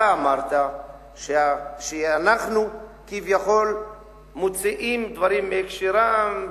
אתה אמרת שאנחנו כביכול מוציאים דברים מהקשרם.